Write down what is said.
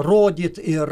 rodyti ir